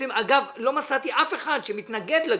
אגב, לא מצאתי אף אחד שמתנגד לגמ"חים.